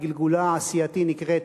שבגלגולה הסיעתי נקראת